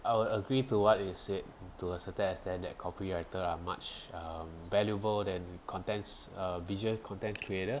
I will agree to what is said to a certain extent that copywriter are much valuable than contents visual content creator